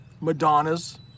Madonna's